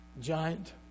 giant